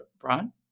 Brian